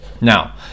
now